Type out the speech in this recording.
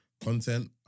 content